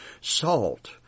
salt